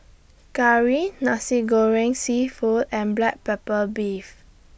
Curry Nasi Goreng Seafood and Black Pepper Beef